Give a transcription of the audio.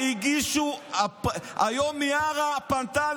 הם הגישו, היום מיארה פנתה